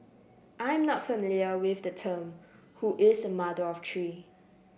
I'm not familiar with the term who is a mother of three